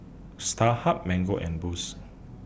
Starhub Mango and Boost